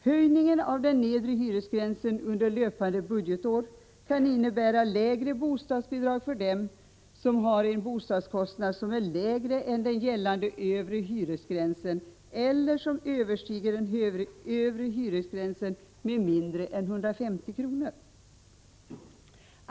Höjningen av den nedre hyresgränsen under löpande budgetår kan innebära minskade bostadsbidrag för dem som har en bostadskostnad som är lägre än den gällande övre hyresgränsen eller som överstiger den övre hyresgränsen med mindre än 150 kr.